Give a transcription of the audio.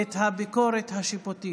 את הביקורת השיפוטית,